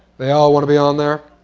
they all want to be on there.